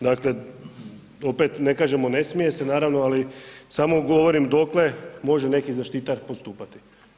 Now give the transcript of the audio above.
Dakle, opet ne kažemo ne smije se, ali naravno ali, samo govorim dokle može neki zaštitar postupati.